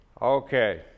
Okay